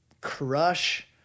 crush